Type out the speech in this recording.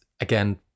again